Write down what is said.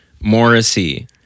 Morrissey